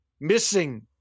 missing